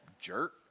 Jerk